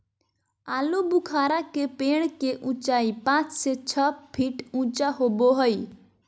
आलूबुखारा के पेड़ के उचाई पांच से छह फीट ऊँचा होबो हइ